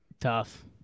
Tough